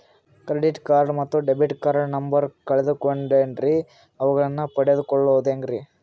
Credit card ಮತ್ತು debit card number ಕಳೆದುಕೊಂಡಿನ್ರಿ ಅವುಗಳನ್ನ ಪಡೆದು ಕೊಳ್ಳೋದು ಹೇಗ್ರಿ?